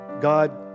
God